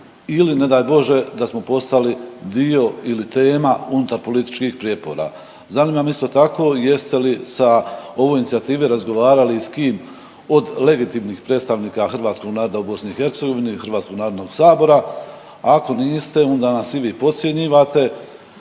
ili ne daj Bože da smo postali dio ili tema unutar političkih prijepora. Zanima me isto tako jeste li sa ovoj inicijative razgovarali s kim od legitimnih predstavnika hrvatskog naroda u BiH ili Hrvatskog narodnog sabora. Ako niste onda nas i vi potcjenjivate,